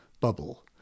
bubble